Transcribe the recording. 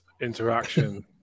interaction